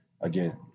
Again